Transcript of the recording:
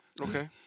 Okay